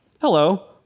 Hello